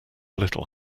little